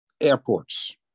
airports